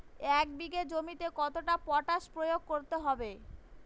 এক বিঘে জমিতে কতটা পটাশ প্রয়োগ করতে হবে?